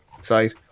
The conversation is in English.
side